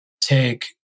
take